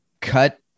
cut